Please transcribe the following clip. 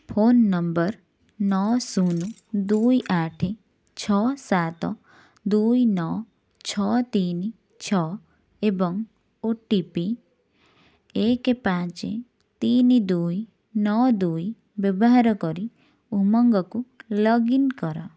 phone number ନଅ ଶୂନ ଦୁଇ ଆଠ ଛଅ ସାତ ଦୁଇ ନଅ ଛଅ ତିନି ଛଅ ଏବଂ ଓ ଟି ପି ଏକ ପାଞ୍ଚ ତିନି ଦୁଇ ନଅ ଦୁଇ ବ୍ୟବହାର କରି ଉମଙ୍ଗକୁ ଲଗ୍ଇନ କର